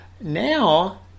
now